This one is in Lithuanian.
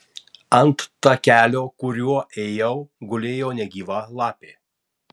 ant takelio kuriuo ėjau gulėjo negyva lapė